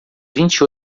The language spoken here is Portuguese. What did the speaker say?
vinte